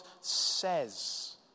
says